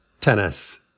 tennis